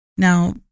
Now